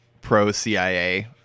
pro-CIA